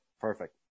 Perfect